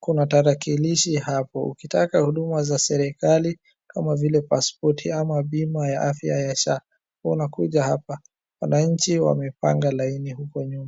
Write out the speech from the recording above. Kuna tarakilishi hapo. Ukitaka huduma za serikali kama vile pasipoti ama bima ya afya ya SHA unakuja hapa. Wananchi wamepanga laini huko nyuma.